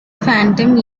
phantom